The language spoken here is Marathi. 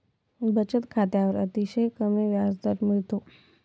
बचत खात्यावर अतिशय कमी व्याजदर मिळतो